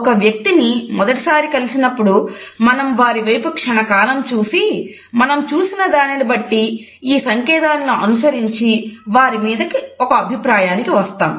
ఒక వ్యక్తిని మొదటిసారి కలిసినప్పుడు మనం వారి వైపు క్షణ కాలం చూసి మనం చూసిన దానిని బట్టి ఈ సంకేతాలను అనుసరించి వారి మీద ఒక అభిప్రాయానికి వస్తాము